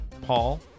Paul